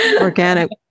organic